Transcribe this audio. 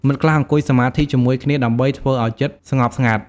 មិត្តខ្លះអង្គុយសមាធិជាមួយគ្នាដើម្បីធ្វើឲ្យចិត្តស្ងប់ស្ងាត់។